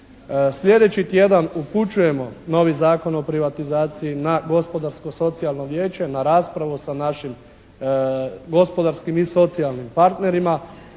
Sljedeći tjedan upućujemo novi Zakon o privatizaciji na Gospodarsko-socijalno vijeće na raspravu sa našim gospodarskim i socijalnim partnerima.